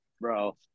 bro